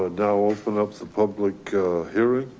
ah dolphin up some public hearings